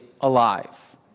alive